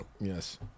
Yes